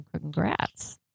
Congrats